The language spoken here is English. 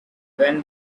when